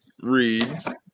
reads